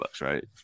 right